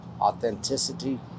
authenticity